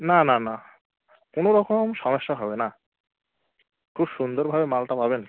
না না না কোনো রকম সমস্যা হবে না খুব সুন্দরভাবে মালটা পাবেন